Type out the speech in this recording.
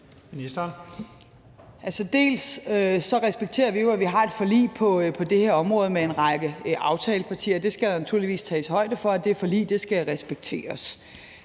Vi respekterer jo, at vi har et forlig på det her område med en række aftalepartier. Der skal naturligvis tages højde for, at det forlig skal respekteres.